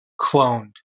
cloned